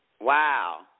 Wow